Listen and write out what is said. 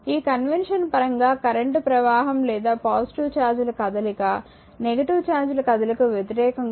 ఈ కన్వెన్షన్ పరంగా కరెంట్ ప్రవాహం లేదా పాజిటివ్ ఛార్జ్ ల కదలిక నెగిటివ్ ఛార్జ్ ల కదలికకు వ్యతిరేకంగా ఉంటుంది